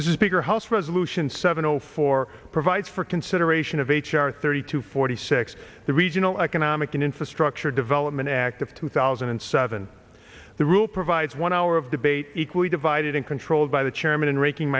this is bigger house resolution seven o four provides for consideration of h r thirty to forty six the regional economic and infrastructure development act of two thousand and seven the rule provides one hour of debate equally divided and controlled by the chairman and ranking